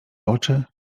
oczy